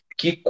que